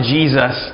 Jesus